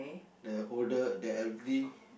the older the elderly